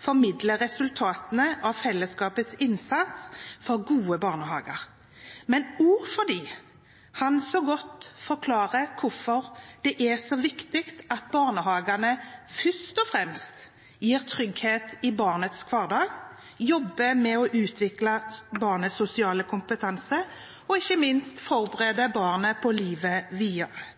formidler resultatene av fellesskapets innsats for gode barnehager, men også fordi han så godt forklarer hvorfor det er så viktig at barnehagene først og fremst gir trygghet i barnas hverdag, jobber med å utvikle barnas sosiale kompetanse og ikke minst forbereder barna på livet videre.